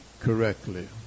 correctly